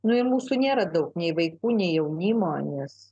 nu ir mūsų nėra daug nei vaikų nei jaunimo nes